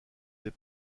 des